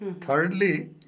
Thirdly